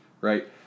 right